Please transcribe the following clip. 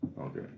Okay